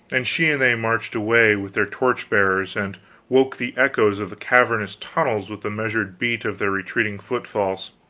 and she and they marched away, with their torch-bearers, and woke the echoes of the cavernous tunnels with the measured beat of their retreating footfalls.